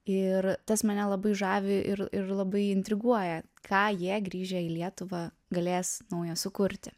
ir tas mane labai žavi ir ir labai intriguoja ką jie grįžę į lietuvą galės naujo sukurti